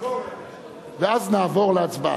ונעבור להצבעה.